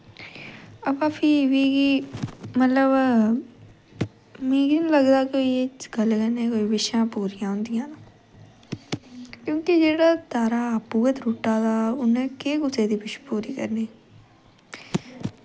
व फ्ही मिगी मतलव मिगी नी लगदा कोई एह् गल्लै कन्नै बिशां पूरियां होंदियां क्योंकि जेह्ड़ा तारा आपूं गै त्रुटदा उनें केह् कुसै दी बिश पूरी करनी